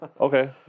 Okay